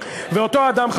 ואותו אדם,